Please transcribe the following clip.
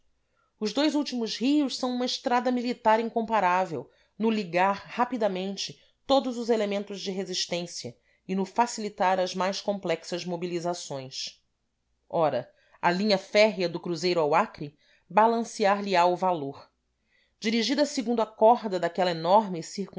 os dois últimos rios são uma estrada militar incomparável no ligar rapidamente todos os elementos de resistência e no facilitar as mais complexas mobilizações ora a linha férrea do cruzeiro ao acre balancear lhe á o valor dirigida segundo a corda daquela enorme